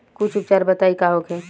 कुछ उपचार बताई का होखे?